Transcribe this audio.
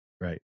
Right